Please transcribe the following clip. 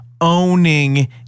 owning